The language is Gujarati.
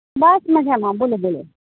બસ મજામાં બોલો બોલો